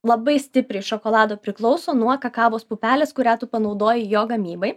labai stipriai šokolado priklauso nuo kakavos pupelės kurią tu panaudoji jo gamybai